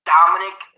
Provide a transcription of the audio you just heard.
Dominic